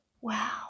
wow